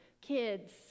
Kids